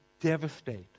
devastate